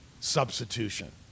substitution